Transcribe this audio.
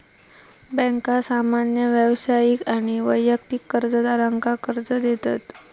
बँका सामान्य व्यावसायिक आणि वैयक्तिक कर्जदारांका कर्ज देतत